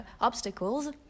obstacles